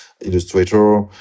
illustrator